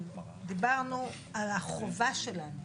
הסתייגויות קבוצות יהדות התורה מ-1 עד 3. מי בעד ההסתייגויות?